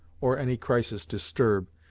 or any crisis disturb,